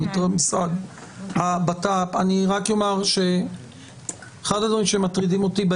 אני אענה לאדוני.